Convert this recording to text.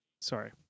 Sorry